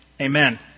Amen